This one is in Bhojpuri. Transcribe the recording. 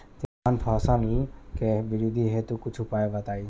तिलहन फसल के वृद्धि हेतु कुछ उपाय बताई?